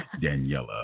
Daniela